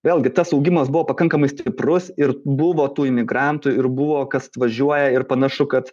vėlgi tas augimas buvo pakankamai stiprus ir buvo tų imigrantų ir buvo kas važiuoja ir panašu kad